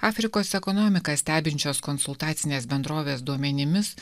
afrikos ekonomiką stebinčios konsultacinės bendrovės duomenimis